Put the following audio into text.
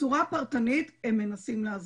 בצורה פרטנית הם מנסים לעזור.